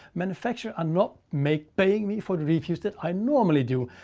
manufacturer are not make-paying me for the reviews that i normally do.